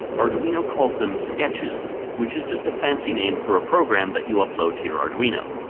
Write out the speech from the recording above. arduino calls them sketches which is just a fancy name for a program that you upload to your arduino.